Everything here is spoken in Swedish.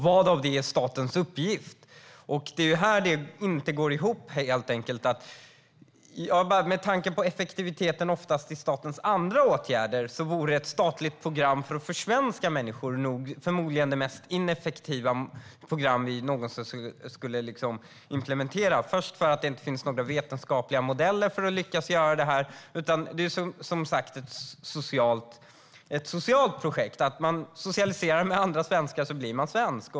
Vad är statens uppgift? Det är här det inte går ihop. Med tanke på effektiviteten i andra åtgärder som vidtas av staten vore ett statligt program för att försvenska människor förmodligen det mest ineffektiva program som någonsin skulle implementeras. Först och främst finns inte några vetenskapliga modeller för att lyckas. Det är ett socialt projekt, det vill säga genom att socialisera med andra svenskar blir man svensk.